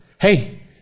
hey